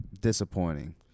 disappointing